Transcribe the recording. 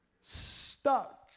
Stuck